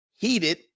heated